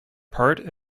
part